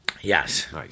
yes